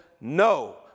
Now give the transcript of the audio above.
no